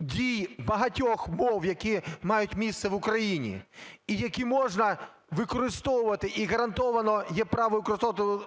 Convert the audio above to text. дій багатьох мов, які мають місце в Україні і які можна використовувати, і гарантовано є право